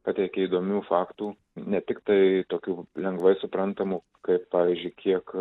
pateikia įdomių faktų ne tiktai tokių lengvai suprantamų kaip pavyzdžiui kiek